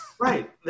Right